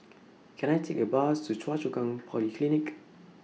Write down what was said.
Can I Take A Bus to Choa Chu Kang Polyclinic